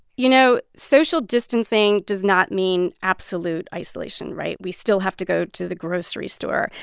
you know, social distancing does not mean absolute isolation, right? we still have to go to the grocery store.